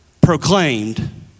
proclaimed